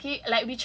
then we were like